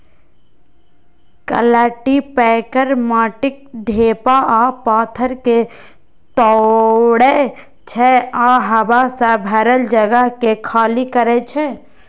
cultipacker माटिक ढेपा आ पाथर कें तोड़ै छै आ हवा सं भरल जगह कें खाली करै छै